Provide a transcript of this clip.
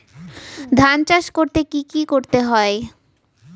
ধান চাষ করতে কি কি করতে হয়?